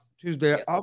Tuesday